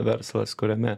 verslas kuriame